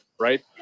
Right